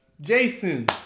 Jason